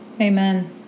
Amen